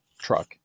truck